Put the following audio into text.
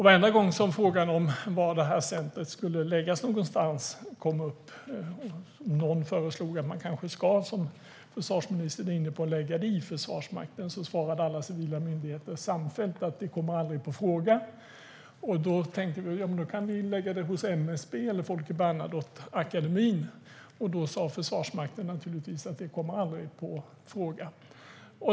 Varenda gång frågan om var centret skulle förläggas kom upp var man oense. Någon föreslog, precis som försvarsministern är inne på, att man kanske skulle lägga det inom Försvarsmakten. Då svarade de civila myndigheterna samfällt att det inte kommer på fråga. Då tänkte man att man kanske skulle kunna lägga det under MSB eller Folke Bernadotteakademin, men då sa naturligtvis Försvarsmakten att det aldrig kommer på fråga.